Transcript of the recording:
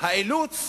האילוץ